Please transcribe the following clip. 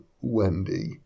Wendy